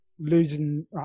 losing